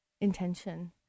intention